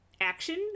action